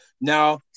Now